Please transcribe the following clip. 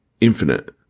infinite